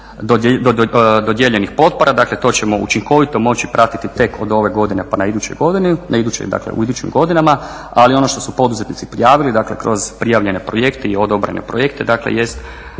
dodijeljenih potpora, dakle to ćemo učinkovito moći pratiti tek od ove godine pa na idućoj godini, dakle u idućim godinama. Ali ono što su poduzetnici prijavili, dakle kroz prijavljene projekte i odobrene projekte dakle